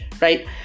right